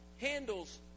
handles